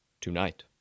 tonight